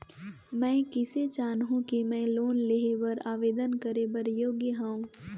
मैं किसे जानहूं कि मैं लोन लेहे बर आवेदन करे बर योग्य हंव?